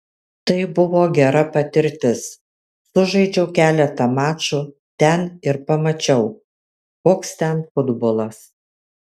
tai buvo gera patirtis sužaidžiau keletą mačų ten ir pamačiau koks ten futbolas